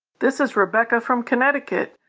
this is rebecca from connecticut.